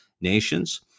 nations